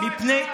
תביא דוגמה.